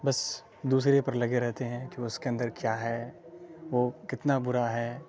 بس دوسرے پر لگے رہتے ہیں کہ اس کے اندر کیا ہے وہ کتنا برا ہے